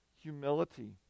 humility